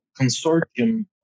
consortium